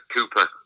Cooper